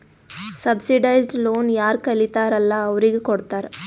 subsidised loan ಯಾರ್ ಕಲಿತಾರ್ ಅಲ್ಲಾ ಅವ್ರಿಗ ಕೊಡ್ತಾರ್